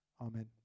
Amen